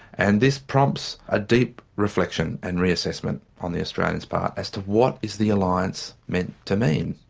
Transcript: and this prompts a deep reflection and reassessment on the australians' part as to what is the alliance meant to mean?